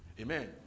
Amen